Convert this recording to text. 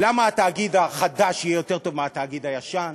למה התאגיד החדש יהיה יותר טוב מהתאגיד הישן.